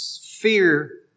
fear